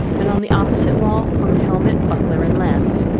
and on the opposite wall hung helmet, buckler, and lance.